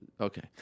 Okay